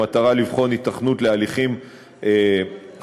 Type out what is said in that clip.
במטרה לבחון היתכנות להליכים חלופיים,